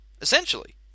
Essentially